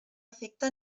efecte